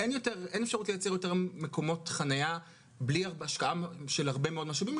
אין אפשרות לייצר יותר מקומות חנייה בלי השקעה של הרבה מאוד משאבים,